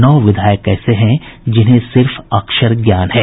नौ विधायक ऐसे हैं जिन्हे सिर्फ अक्षर ज्ञान है